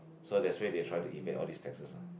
so that's why they try to evade all these taxes lah